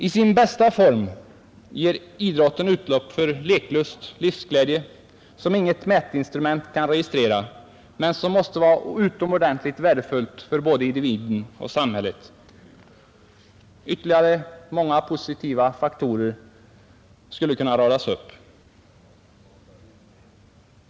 I sin bästa form ger idrotten utlopp för en leklust och livsglädje som inget mätinstrument kan registrera men som är utomordentligt värdefull både för individen och för samhället. Ytterligare många positiva faktorer skulle kunna räknas upp.